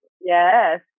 Yes